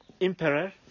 emperor